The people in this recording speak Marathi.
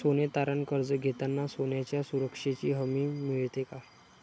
सोने तारण कर्ज घेताना सोन्याच्या सुरक्षेची हमी मिळते का?